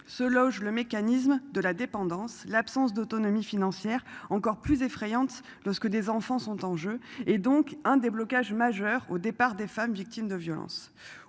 se loge le mécanisme de la dépendance, l'absence d'autonomie financière encore plus effrayante lorsque des enfants sont en jeu et donc un déblocage majeur au départ des femmes victimes de violences